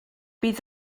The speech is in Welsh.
bydd